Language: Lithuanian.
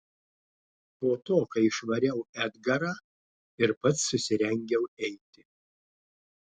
po to kai išvariau edgarą ir pats susirengiau eiti